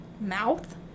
mouth